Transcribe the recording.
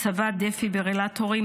הצבת דפיברילטורים,